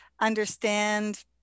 understand